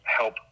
help